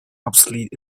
obsolete